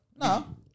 No